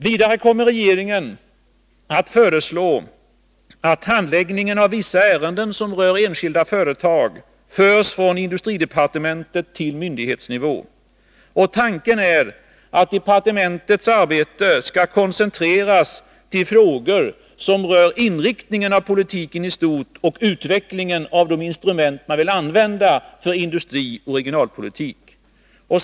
Vidare kommer regeringen att föreslå att handläggningen av vissa ärenden som rör enskilda företag förs från industridepartementet till myndighetsnivå. Tanken är att departementets arbete skall koncentreras till frågor som rör inriktningen av politiken i stort och utvecklingen av de instrument man vill använda för industrioch regionalpolitiken.